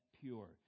pure